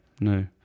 no